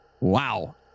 Wow